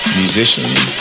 musicians